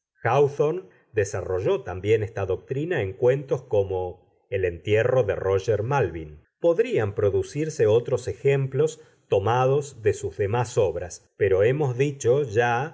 háwthorne desarrolló también esta doctrina en cuentos como el entierro de róger malvin podrían producirse otros ejemplos tomados de sus demás obras pero hemos dicho ya